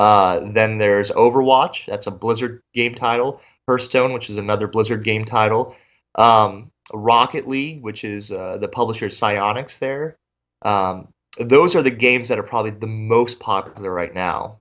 space then there's overwatch that's a blizzard game title per stone which is another blizzard game title rocket league which is the publisher site onyx there those are the games that are probably the most popular right now